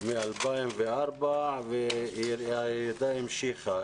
מ-2004 והירידה המשיכה.